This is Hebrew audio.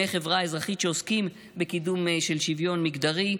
חברה אזרחית שעוסקים בקידום של שוויון מגדרי,